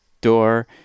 door